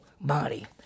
body